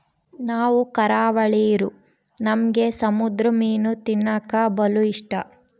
ನಾವು ಕರಾವಳಿರೂ ನಮ್ಗೆ ಸಮುದ್ರ ಮೀನು ತಿನ್ನಕ ಬಲು ಇಷ್ಟ